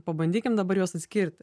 pabandykim dabar juos atskirti